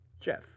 Jeff